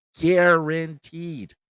Guaranteed